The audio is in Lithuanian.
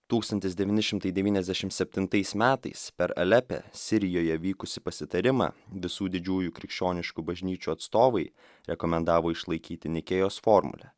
tūkstantis devyni šimtai devyniasdešimt septintais metais per alepe sirijoje vykusį pasitarimą visų didžiųjų krikščioniškų bažnyčių atstovai rekomendavo išlaikyti nikėjos formulę